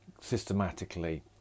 systematically